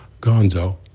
Gonzo